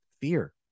Fear